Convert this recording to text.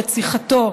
רציחתו,